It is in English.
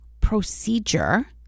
procedure